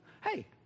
hey